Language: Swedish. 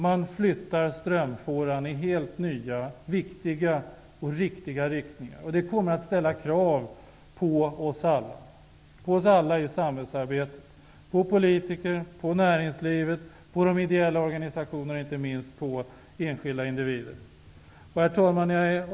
Man flyttar strömfåran i helt nya viktiga och riktiga riktningar. Det kommer att ställa krav på oss alla i samhällsarbetet, på politiker, på näringslivet, på de ideella organisationerna och inte minst på enskilda individer. Herr talman!